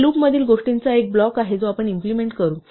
हा लूपमधील गोष्टींचा एक ब्लॉक आहे जो आपण इम्प्लिमेंट करू